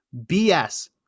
BS